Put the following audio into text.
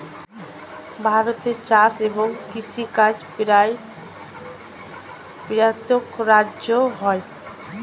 ভারতে চাষ এবং কৃষিকাজ প্রায় প্রত্যেক রাজ্যে হয়